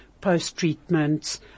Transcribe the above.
post-treatments